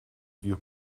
you